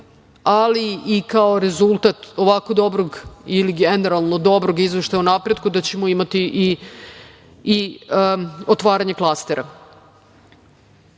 ali i kao rezultat ovako dobrog ili generalno dobrog izveštaja o napretku, da ćemo imati i otvaranje klastera. Posebno